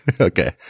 Okay